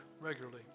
regularly